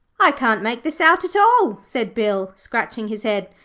i can't make this out at all said bill, scratching his head.